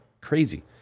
crazy